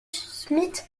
smith